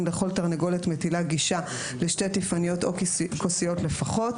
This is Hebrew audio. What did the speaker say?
לכל תרנגולת מטילה גישה לשתי טיפניות או כוסיות לפחות.